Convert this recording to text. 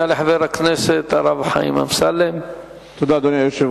חבר הכנסת הרב חיים אמסלם, בבקשה.